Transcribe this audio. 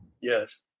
Yes